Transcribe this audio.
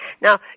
Now